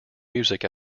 music